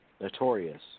notorious